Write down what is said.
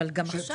אבל גם עכשיו.